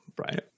Right